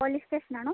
police സ്റ്റേഷനാണോ